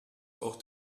auch